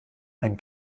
ein